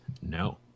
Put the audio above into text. No